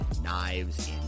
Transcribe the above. knives